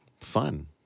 Fun